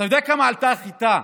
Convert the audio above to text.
אתה יודע בכמה עלתה החיטה?